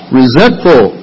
resentful